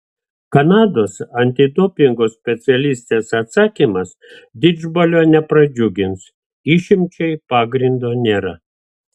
kanados antidopingo specialistės atsakymas didžbalio nepradžiugins išimčiai pagrindo nėra